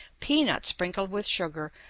peanuts sprinkled with sugar,